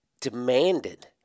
demanded